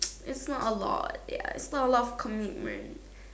it's not a lot ya its not a lot of commitment